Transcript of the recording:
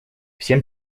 всем